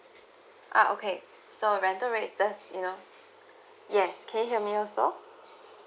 ah okay so rental rates dis you know yes can you hear me also